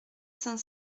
cinq